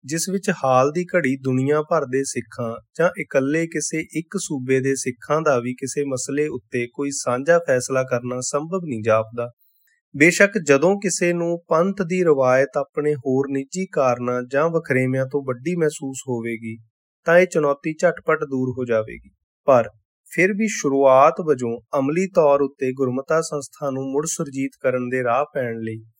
ਜਿਸ ਵਿੱਚ ਹਾਲ ਦੀ ਘੜੀ ਦੁਨੀਆ ਭਰ ਦੇ ਸਿੱਖਾਂ ਜਾਂ ਇਕੱਲੇ ਕਿਸੇ ਇੱਕ ਸੂਬੇ ਦੇ ਸਿੱਖਾਂ ਦਾ ਵੀ ਕਿਸੇ ਮਸਲੇ ਉੱਤੇ ਕੋਈ ਸਾਂਝਾ ਫੈਸਲਾ ਕਰਨਾ ਸੰਭਵ ਨਹੀਂ ਜਾਪਦਾ। ਬੇਸ਼ੱਕ ਜਦੋਂ ਕਿਸੇ ਨੂੰ ਪੰਥ ਦੀ ਰਵਾਇਤ ਆਪਣੇ ਹੋਰ ਨਿੱਜੀ ਕਾਰਨਾਂ ਜਾਂ ਵਖਰੇਵਿਆਂ ਤੋਂ ਵੱਡੀ ਮਹਿਸੂਸ ਹੋਵੇਗੀ, ਤਾਂ ਇਹ ਚੁਣੌਤੀ ਝਟਪਟ ਦੂਰ ਹੋ ਜਾਵੇਗੀ। ਪਰ ਫਿਰ ਵੀ ਸ਼ੁਰੂਆਤ ਵਜੋਂ ਅਮਲੀ ਤੌਰ ਉੱਤੇ ਗੁਰਮਤਾ ਸੰਸਥਾ ਨੂੰ ਮੁੜ ਸੁਰਜੀਤ ਕਰਨ ਦੇ ਰਾਹ ਪੈਣ ਲਈ